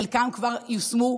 חלקם כבר יושמו,